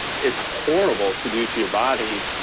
it's horrible to do to your body,